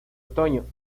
otoño